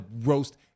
roast